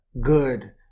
good